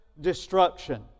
destruction